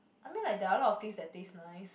I mean like there are a lot of things that taste nice